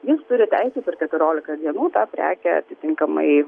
jis turi teisę per keturiolika dienų tą prekę atitinkamai